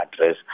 address